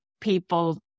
people